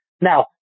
Now